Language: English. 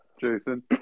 Jason